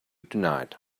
tonight